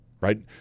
right